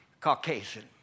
Caucasian